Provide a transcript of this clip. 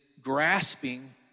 grasping